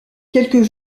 quelques